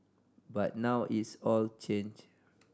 but now it's all changed